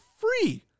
free